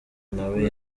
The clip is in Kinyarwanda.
nawe